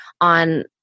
on